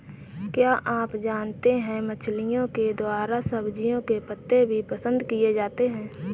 क्या आप जानते है मछलिओं के द्वारा सब्जियों के पत्ते भी पसंद किए जाते है